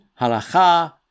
Halacha